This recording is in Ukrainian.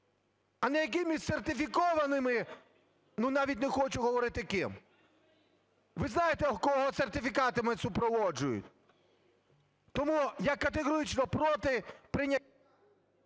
а не якимись сертифікованими…", - ну, навіть не хочу говорити, ким. Ви знаєте, кого сертифікатами супроводжують? Тому я категорично проти…